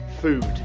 food